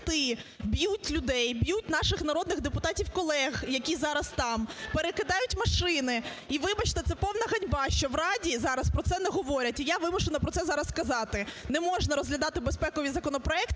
б'ють людей, б'ють наших народних депутатів-колег, які зараз там, перекидають машини. І, вибачте, це повна ганьба, що в Раді зараз про це не говорять, і я вимушена про це зараз сказати. Не можна розглядати безпекові законопроекти